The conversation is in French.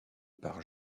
par